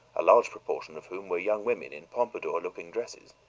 a large proportion of whom were young women in pompadour-looking dresses.